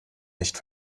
nicht